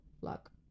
Luck